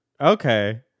Okay